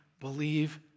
believe